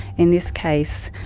in this case,